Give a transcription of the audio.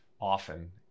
often